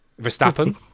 Verstappen